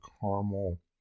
caramel